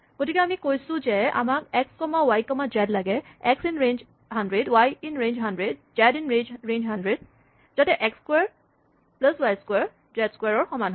গতিকে আমি কৈছোঁ যে আমাক এক্স কমা ৱাই কমা জেড লাগে x in range ১০০ Y in range ১০০ Z in range ১০০ যাতে এক্স ক্সোৱাৰ প্লাছ ৱাই ক্সোৱাৰ জেড ক্সোৱাৰ ৰ সমান হয়